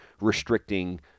restricting